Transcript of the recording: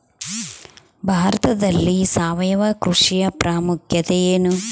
ಭಾರತದಲ್ಲಿ ಸಾವಯವ ಕೃಷಿಯ ಪ್ರಾಮುಖ್ಯತೆ ಎನು?